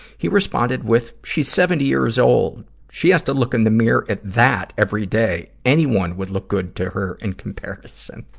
he responded with, she's seventy years old. she has to look in the mirror at that every day. anyone would look good to her in comparison.